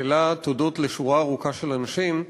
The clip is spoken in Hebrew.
כללה תודות לשורה ארוכה של אנשים.